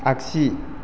आग्सि